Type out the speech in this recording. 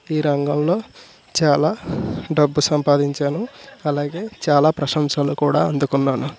ఈ రంగంలో చాలా డబ్బు సంపాదించాను అలాగే చాలా ప్రశంసలు కూడా అందుకున్నాను